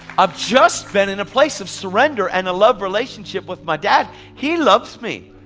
i've just been in a place of surrender and a love relationship with my dad. he loves me.